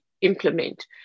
implement